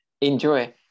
enjoy